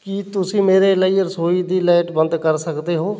ਕੀ ਤੁਸੀਂ ਮੇਰੇ ਲਈ ਰਸੋਈ ਦੀ ਲਾਈਟ ਬੰਦ ਕਰ ਸਕਦੇ ਹੋ